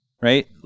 Right